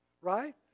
right